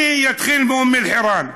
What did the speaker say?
אני אתחיל באום אלחיראן.